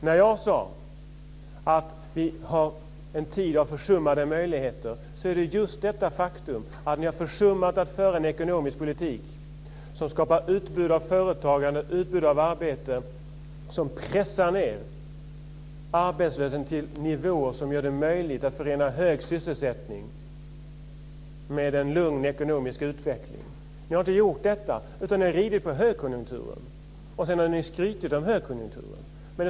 När jag sade att vi har en tid av försummade möjligheter menade jag just detta faktum att ni har försummat att föra en ekonomisk politik som skapar utbud av företagande och utbud av arbete som pressar ned arbetslösheten till en nivå som gör det möjligt att förena hög sysselsättning med en lugn ekonomisk utveckling. Ni har inte gjort detta, utan ni har ridit på och skrutit om högkonjunkturen.